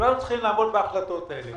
וכולנו צריכים לעמוד בהחלטות האלה.